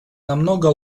намного